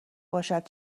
باشد